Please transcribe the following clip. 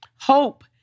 hope